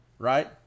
Right